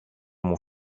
μου